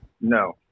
No